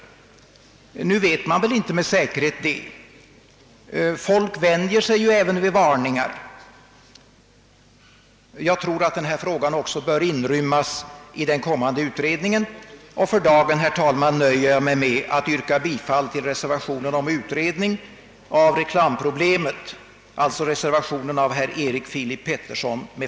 I varje fall vet man att folk vänjer sig även vid varningar. Jag tror att även denna fråga bör tas upp vid den kommande utredningen. För dagen nöjer jag mig med att yrka bifall till reservationen av herr Erik Filip Petersson m.fl. om utredning av reklamproblemet.